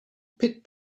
pit